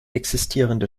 existierende